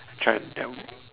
try and tell me